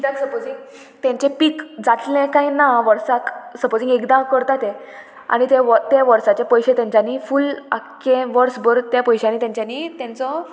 कित्याक सपोजींग तेंचे पीक जातलें काय ना वर्साक सपोजींग एकदां करता तें आनी ते वर्साचे पयशे तेंच्यांनी फूल आख्खें वर्सभर त्या पयशांनी तेंच्यांनी तेंचो